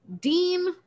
Dean